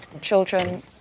children